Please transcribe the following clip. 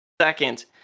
second